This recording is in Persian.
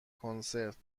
کنسرت